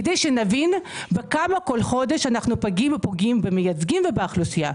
כדי שנבין בכמה כל חודש אנחנו פוגעים במייצגים ובאוכלוסייה.